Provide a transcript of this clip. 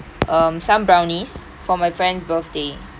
um some brownies for my friend's birthday